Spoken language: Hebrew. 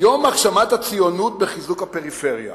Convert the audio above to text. יום הגשמת הציונות בחיזוק הפריפריה,